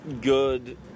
good